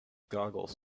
goggles